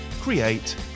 create